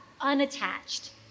unattached